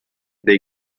dei